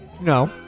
No